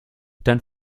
dann